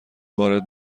وارد